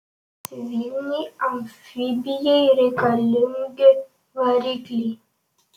civilinei amfibijai reikalingi varikliai